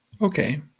Okay